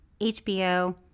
HBO